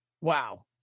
Wow